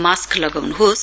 mask लगाउनुहोस्